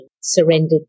surrendered